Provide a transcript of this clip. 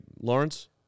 Lawrence